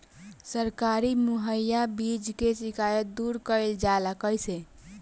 सरकारी मुहैया बीज के शिकायत दूर कईल जाला कईसे?